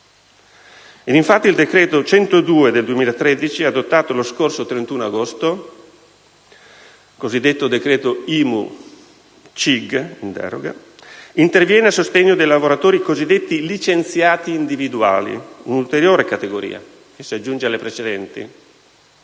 Infatti, il decreto-legge n. 102 del 2013, adottato lo scorso 31 agosto (il cosiddetto decreto IMU-CIG in deroga), interviene a sostegno dei lavoratori cosiddetti licenziati individuali (un'ulteriore categoria che si aggiunge alle precedenti),